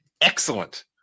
Excellent